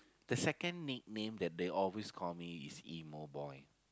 the second nickname that they always call me is emo boy